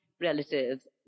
relatives